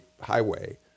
highway